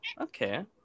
Okay